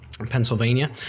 Pennsylvania